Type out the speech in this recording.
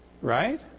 Right